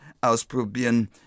ausprobieren